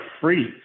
free